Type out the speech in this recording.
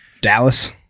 Dallas